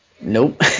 Nope